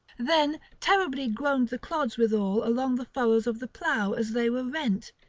then terribly groaned the clods withal along the furrows of the plough as they were rent,